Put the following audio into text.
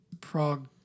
Prague